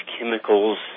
chemicals